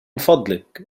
فضلك